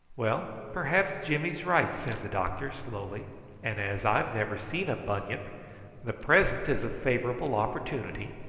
well, perhaps jimmy's right, said the doctor slowly and as i've never seen a bunyip the present is a favourable opportunity,